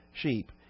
sheep